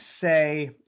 say